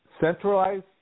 centralized